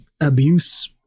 abuse